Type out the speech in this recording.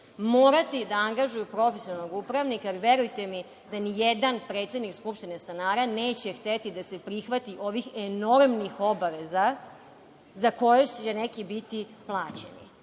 morati da angažuju profesionalnog upravnika, jer, verujte mi da nijedan predsednik skupštine stanara neće hteti da se prihvati ovih enormnih obaveza za koje će neki biti plaćeni.